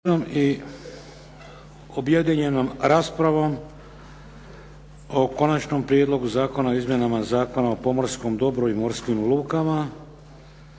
što se raspravlja, Konačni prijedlog zakona o izmjenama Zakona o pomorskom dobru i morskim lukama.